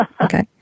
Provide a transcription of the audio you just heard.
Okay